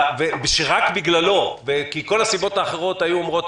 שרק בגללו כי כל הסיבות האחרות היו אמורות,